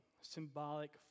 symbolic